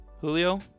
Julio